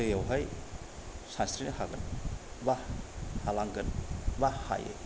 दैयावहाय सानस्रिनो हागोन बा हालांगोन बा हायो